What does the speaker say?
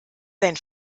sein